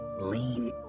Lean